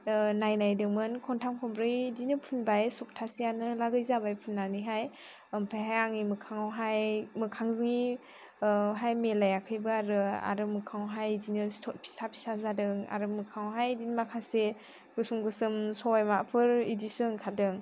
नायदोंमोन खनथाम खनब्रै बिदिनो फुनबाय सप्ताहसेआनो लागै जाबाय फुननानैहाय ओमफ्रायहाय आंनि मोखाङावहाय मोखांजों मिलायाखैबो आरो मोखाङावहाय बिदिनो सिथर फिसा फिसा जादों आरो मोखाङावहाय बिदिनो माखासे गोसोम गोसोम सबाय बिमाफोर बिदिसो ओंखारदों